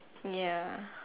ya